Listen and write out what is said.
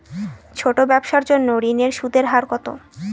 ছোট ব্যবসার জন্য ঋণের সুদের হার কত?